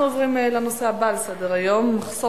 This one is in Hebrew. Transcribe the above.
אנחנו עוברים לנושא הבא על סדר-היום: מחסור